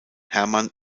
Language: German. hermann